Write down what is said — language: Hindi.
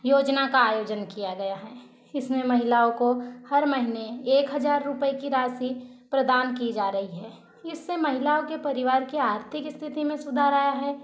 योजना का आयोजन किया गया है इसमें महिलाओं को हर महीने एक हज़ार रुपये की राशि प्रदान की जा रही है इससे महिलाओं के परिवार की आर्थिक स्थिति में सुधार आया है